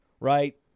right